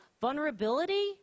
vulnerability